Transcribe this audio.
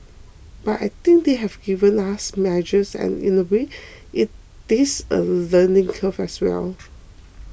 but I think they have given us measures and in a way it's a learning curve as well